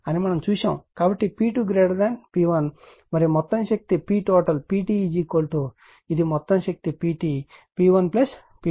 కాబట్టి P2 P1 మరియు మొత్తం శక్తి PT ఇది మొత్తం శక్తి PT P1 P2